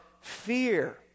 fear